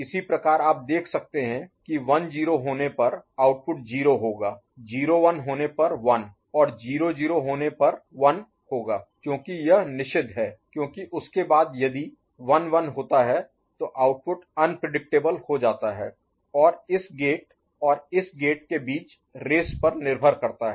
इसी प्रकार आप देख सकते हैं कि 1 0 होने पर आउटपुट 0 होगा 0 1 होने पर 1 और 0 0 होने पर 1 1 होगा क्योंकि यह निषिद्ध है क्योंकि उसके बाद यदि 1 1 होता है तो आउटपुट अनप्रेडिक्टेबल Unpredictable अप्रत्याशित हो जाता है और इस गेट और इस गेट के बीच रेस पर निर्भर करता है